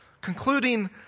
Concluding